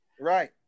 Right